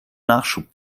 nachschub